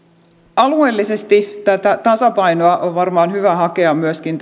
alueellisesti tätä tasapainoa on varmaan hyvä hakea myöskin